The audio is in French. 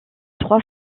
trois